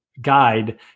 guide